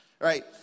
right